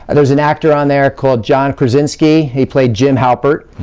and there's an actor on there called john krasinski, he played jim halpert.